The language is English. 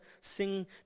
sing